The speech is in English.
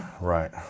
Right